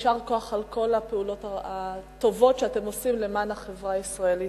יישר כוח על כל הפעולות הטובות שאתם עושים למען החברה הישראלית.